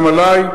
גם עלי.